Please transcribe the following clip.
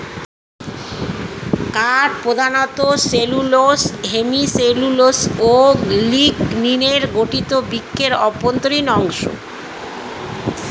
কাঠ প্রধানত cellulose, hemicellulose ও লিগনিনে গঠিত বৃক্ষের অভ্যন্তরীণ অংশ